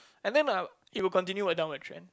and then uh it will continue a downward trend